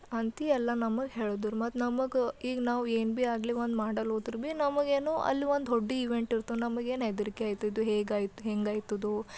ಅಂತೆ ಎಲ್ಲ ನಮಗೆ ಹೇಳಿದ್ರು ಮತ್ತು ನಮಗೆ ಈಗ ನಾವು ಏನು ಭೀ ಆಗಲಿ ಒಂದು ಮಾಡಲು ಹೋದರು ಭೀ ನಮಗೆ ಏನೂ ಅಲ್ಲಿ ಒಂದು ದೊಡ್ಡ ಇವೆಂಟ್ ಇರ್ತಾವೆ ನಮಗೇನು ಹೆದರಿಕೆ ಆಯ್ತಿದು ಹೇಗೆ ಆಯ್ತು ಹೆಂಗೆ ಆಗ್ತದೋ